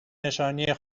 نشانی